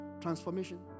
transformation